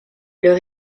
leur